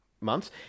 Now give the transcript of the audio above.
months